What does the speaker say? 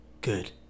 good